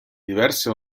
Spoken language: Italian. diverse